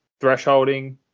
thresholding